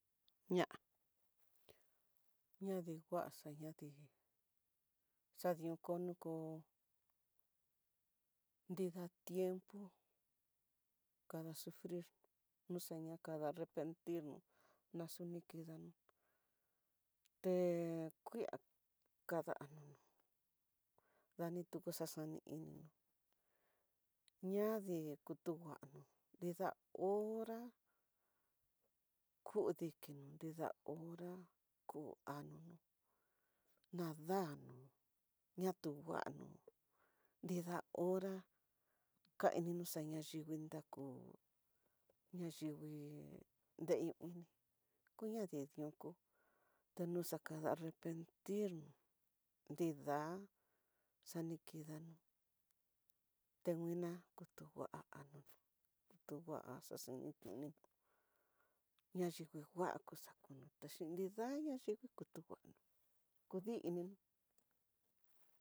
Ña'a ña'a denguaxa ñadii, xadión kono kó nida tiempo kada sufrir, nus ña kaxada rependir nó, naxunidan te kuia kada nono dani tuku xa xani ini nó, ñadii kutu nguano nrida hora ku dikinro nida hora ku anono, ña dadno ña tunguano nida hora kainino xaña dingui nraku ña yingui nreyo ini kuidii nioko, tanixakada arrependir nroda xanikidanó, teguina kutungua nono kutungua xaxeni nuni ña yingui ngua kuxakuno ta xhi nrida nayingui kutunguano kudii ininó.